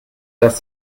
das